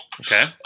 Okay